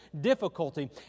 difficulty